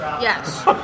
Yes